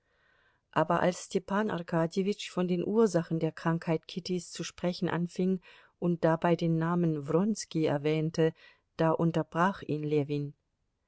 aber als stepan arkadjewitsch von den ursachen der krankheit kittys zu sprechen anfing und dabei den namen wronski erwähnte da unterbrach ihn ljewin